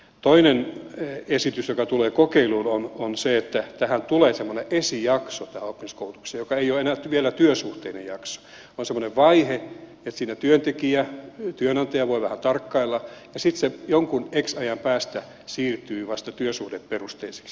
toinen esitys joka tulee kokeiluun on se että tähän oppisopimuskoulutukseen tulee semmoinen esijakso joka ei ole vielä työsuhteinen jakso vaan semmoinen vaihe että siinä työntekijä ja työnantaja voivat vähän tarkkailla ja sitten se vasta jonkun x ajan päästä siirtyy työsuhdeperusteiseksi